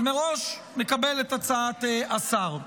אז מראש, מקבל את הצעת השר.